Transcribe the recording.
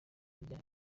rya